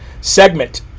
segment